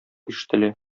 ишетелә